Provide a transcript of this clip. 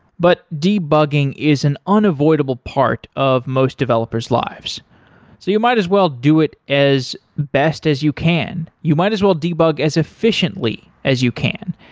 but debugging is an unavoidable part of most developer s lives. so you might as well do it as best as you can. you might as well debug as efficiently as you can,